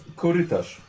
korytarz